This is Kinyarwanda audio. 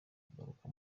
kugaruka